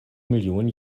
millionen